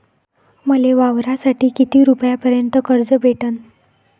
मले वावरासाठी किती रुपयापर्यंत कर्ज भेटन?